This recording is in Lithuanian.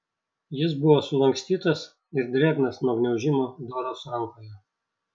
jis buvo sulankstytas ir drėgnas nuo gniaužimo doros rankoje